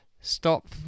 Stop